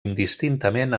indistintament